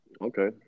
okay